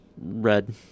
red